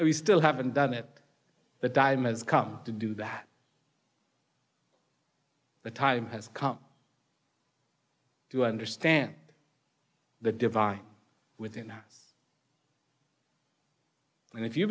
and we still haven't done it that time as come to do that the time has come to understand the divine within us and if you